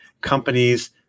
companies